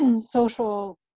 social